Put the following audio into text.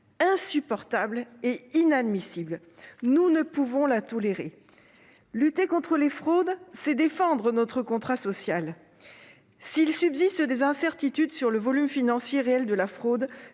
insupportable et inadmissible. Nous ne pouvons la tolérer. Lutter contre les fraudes, c'est défendre notre contrat social. S'il subsiste des incertitudes sur le volume financier réel de la fraude,